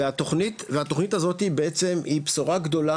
והתוכנית הזאת היא בעצם בשורה גדולה,